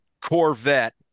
Corvette